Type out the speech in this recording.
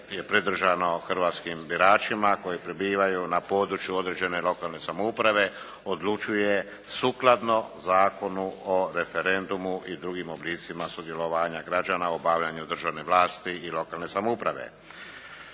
je predvođeno hrvatskim biračima koji prebivaju na području određene lokalne samouprave odlučuje sukladno Zakonu o referendumu i drugim oblicima građana o obavljanju državne vlasti i lokalne samouprave.